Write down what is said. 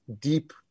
deep